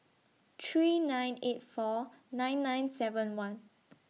three nine eight four nine nine seven one